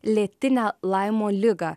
lėtinę laimo ligą